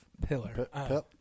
Pillar